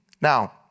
Now